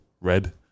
red